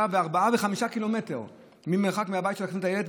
ו-4 ו-5 קילומטר מהבית לקחת את הילד,